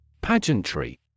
Pageantry